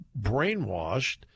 brainwashed